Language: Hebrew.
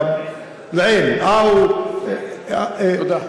אל-עין, תודה.